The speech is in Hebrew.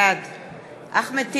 בעד אחמד טיבי,